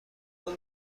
فقط